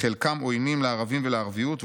חלקם עוינים לערבים ולערביוּת,